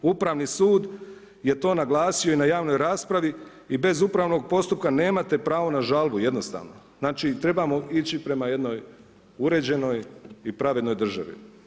Upravi sud je to naglasio i na javnoj raspravi i bez upravnog postupka nemate pravo na žalbu jednostavno, znači trebamo ići prema jednoj uređenoj i pravednoj državi.